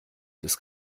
des